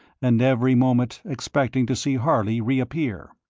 and every moment expecting to see harley reappear.